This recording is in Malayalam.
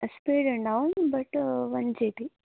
സ്പീഡ് ഉണ്ടാവും ബട്ട് വൺ ജി ബി